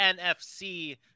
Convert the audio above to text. NFC